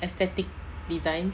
aesthetic design